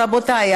רבותיי,